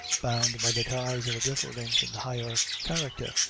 bound by the ties of a different and higher character,